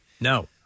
No